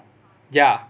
ya